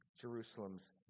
Jerusalem's